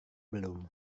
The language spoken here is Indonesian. belum